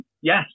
Yes